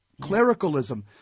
Clericalism